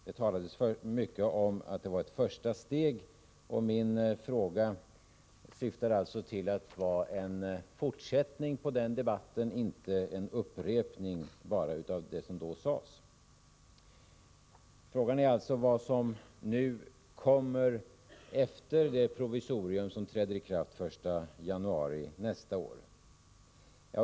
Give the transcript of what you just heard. Det talades mycket om att det var ett första steg, och min fråga är alltså avsedd att vara en fortsättning på den debatten, inte bara en upprepning av vad som då sades. Frågan är alltså vad som nu kommer efter det provisorium som träder i kraft den 1 januari nästa år.